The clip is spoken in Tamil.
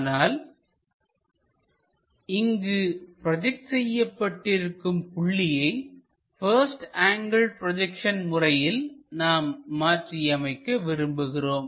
ஆனால் இங்கு ப்ரோஜெக்ட் செய்யப்பட்டிருக்கும் புள்ளியை பஸ்ட் ஆங்கிள் ப்ரொஜெக்ஷன் முறையில் நாம் மாற்றியமைக்க விரும்புகிறோம்